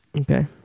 Okay